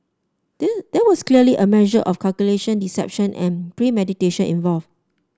there there was clearly a measure of calculation deception and premeditation involve